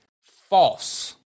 false